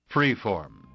Freeform